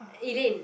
Elaine